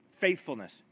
faithfulness